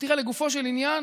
לגופו של עניין